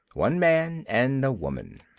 one man and woman.